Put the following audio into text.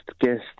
guest